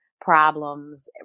problems